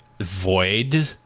void